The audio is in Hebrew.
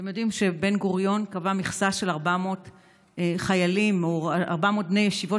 אתם יודעים שבן-גוריון קבע מכסה של 400 בני ישיבות